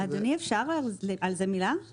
אדוני, אפשר מילה על זה?